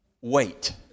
Wait